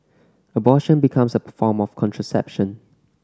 abortion becomes a form of contraception